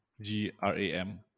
G-R-A-M